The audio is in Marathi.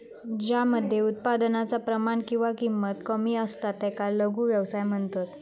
ज्या मध्ये उत्पादनाचा प्रमाण किंवा किंमत कमी असता त्याका लघु व्यवसाय म्हणतत